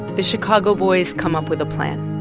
the chicago boys come up with a plan